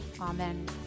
Amen